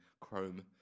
Chrome